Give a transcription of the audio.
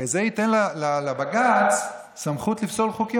הרי זה ייתן לבג"ץ סמכות לפסול חוקים.